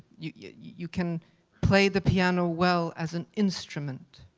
you yeah you can play the piano well as an instrument,